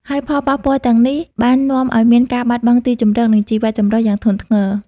ហើយផលប៉ះពាល់ទាំងនេះបាននាំឱ្យមានការបាត់បង់ទីជម្រក និងជីវៈចម្រុះយ៉ាងធ្ងន់ធ្ងរ។